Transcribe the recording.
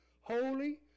holy